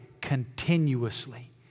continuously